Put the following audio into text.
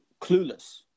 Clueless